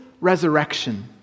resurrection